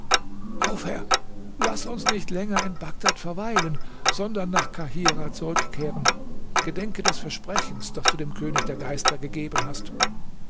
auf herr laß uns nicht länger in bagdad verweilen sondern nach kahirah zurückkehren gedenke des versprechens das du dem könig der geister gegeben hast